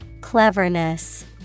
Cleverness